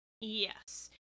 Yes